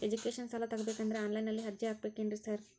Education ಸಾಲ ತಗಬೇಕಂದ್ರೆ online ನಲ್ಲಿ ಅರ್ಜಿ ಹಾಕ್ಬೇಕೇನ್ರಿ ಸಾರ್?